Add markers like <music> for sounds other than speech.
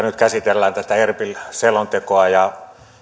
<unintelligible> nyt käsitellään tätä erbil selontekoa ja